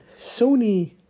Sony